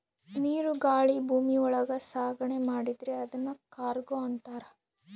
ನೀರು ಗಾಳಿ ಭೂಮಿ ಒಳಗ ಸಾಗಣೆ ಮಾಡಿದ್ರೆ ಅದುನ್ ಕಾರ್ಗೋ ಅಂತಾರ